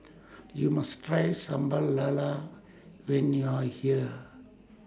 YOU must Try Sambal Lala when YOU Are here